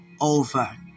over